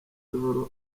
d’or